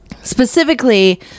Specifically